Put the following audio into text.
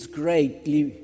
greatly